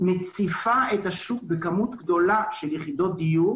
מציפה את השוק בכמות גדולה של יחידות דיור